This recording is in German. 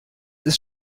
ist